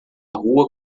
rua